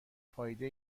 فایده